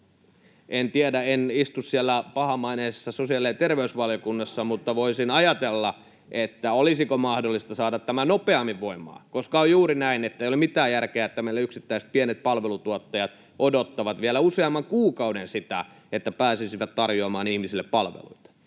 En tiedä, kun en istu siellä pahamaineisessa sosiaali- ja terveysvaliokunnassa, [Ben Zyskowicz: Hyvämaineisessa!] mutta voisin ajatella, olisiko mahdollista saada tämä nopeammin voimaan. On juuri näin, että ei ole mitään järkeä, että meillä yksittäiset pienet palvelutuottajat odottavat vielä useamman kuukauden sitä, että pääsisivät tarjoamaan ihmisille palveluita.